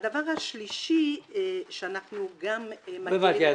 הדבר השלישי שאנחנו גם -- לא הבנתי,